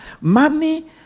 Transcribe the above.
money